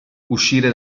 uscire